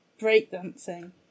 breakdancing